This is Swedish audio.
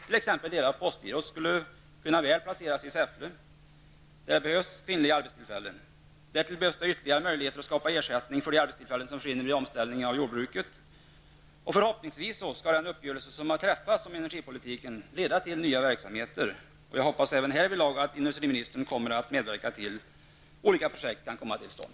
T.ex. delar av postgirot skulle kunna placeras i Säffle, där det behövs arbetstillfällen för kvinnor. Därtill behövs det ytterligare möjligheter att skapa ersättning för de arbetstillfällen som försvinner vid omställningen av jordbruket. Förhoppningsvis skall den uppgörelse som har träffats om energipolitiken leda till nya verksamheter. Jag hoppas även härvidlag att industriministern kommer att medverka till att olika projekt kan komma till stånd.